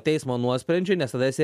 teismo nuosprendžiui nes tada esi